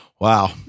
Wow